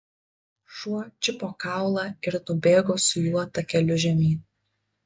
šuo čiupo kaulą ir nubėgo su juo takeliu žemyn